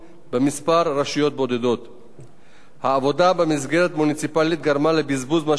העבודה במסגרת מוניציפלית גרמה לבזבוז משאבים בשל כפל תפקידי מטה,